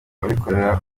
abikora